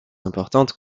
importantes